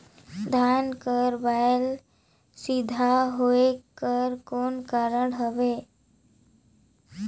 धान कर बायल सीधा होयक कर कौन कारण हवे?